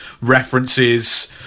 References